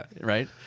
right